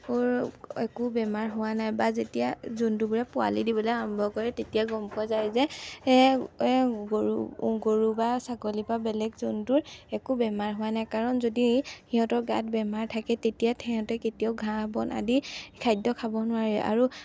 একো বেমাৰ হোৱা নাই বা যেতিয়া জন্তুবোৰে পোৱালি দিবলৈ আৰম্ভ কৰে তেতিয়া গম পোৱা যায় যে গৰু গৰু বা ছাগলী বা বেলেগ জন্তুৰ একো বেমাৰ হোৱা নাই কাৰণ যদি সিহঁতৰ গাত বেমাৰ থাকে তেতিয়া সিহঁতে কেতিয়াও ঘাঁহ বন আদি খাদ্য খাব নোৱাৰে আৰু